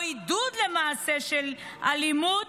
או עידוד למעשה של אלימות,